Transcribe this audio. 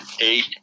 eight